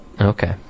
Okay